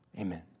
Amen